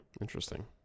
Interesting